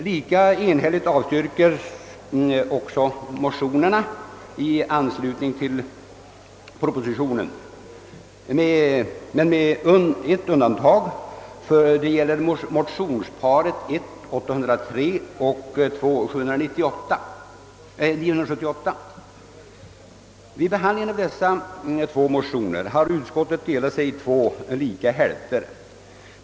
Lika enhälligt avstyrks motionerna i anslutning till propositionen, med undantag för motionsparet I: 803 och II: 978. Vid behandlingen av dessa två motioner har utskottet delat sig i två hälfter.